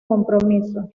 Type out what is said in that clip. compromiso